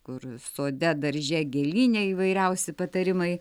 kur sode darže gėlyne įvairiausi patarimai